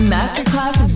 Masterclass